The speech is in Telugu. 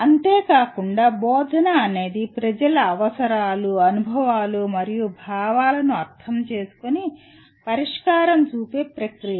అంతేకాకుండా "బోధన" అనేది ప్రజల అవసరాలు అనుభవాలు మరియు భావాలను అర్ధం చేసుకొని పరిష్కారం చూపే ప్రక్రియ